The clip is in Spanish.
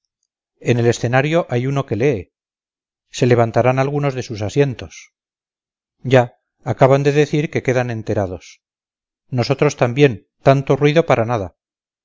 en el escenario hay uno que lee se levantarán algunos de sus asientos ya acaban de decir que quedan enterados nosotros también tanto ruido para nada